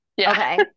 okay